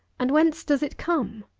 and whence does it come?